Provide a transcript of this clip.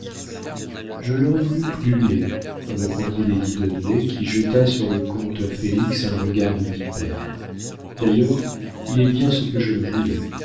je l'aurais voulu plus laid répondit lady dudley qui jeta sur le comte félix un regard de vipère d'ailleurs il est bien ce que je le voulais